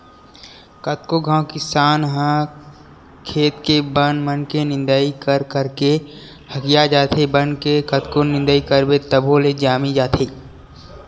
कतको घांव किसान ह खेत के बन मन के निंदई कर करके हकिया जाथे, बन के कतको निंदई करबे तभो ले जामी जाथे